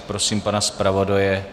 Prosím pana zpravodaje...